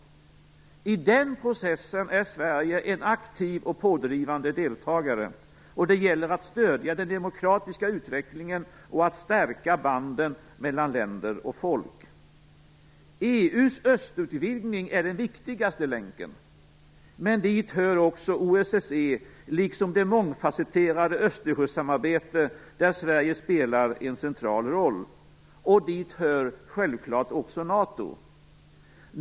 I den processen är Sverige en aktiv och pådrivande deltagare, och det gäller att stödja den demokratiska utvecklingen och stärka banden mellan länder och folk. EU:s östutvidgning är den viktigaste länken, men dit hör också OSSE, liksom det mångfasetterade Östersjösamarbete där Sverige spelar en central roll. Dit hör självklart också NATO.